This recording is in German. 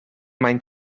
mein